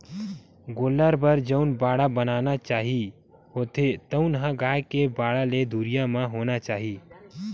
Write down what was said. गोल्लर बर जउन बाड़ा बनाना चाही होथे तउन ह गाय के बाड़ा ले दुरिहा म होना चाही